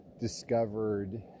discovered